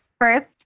first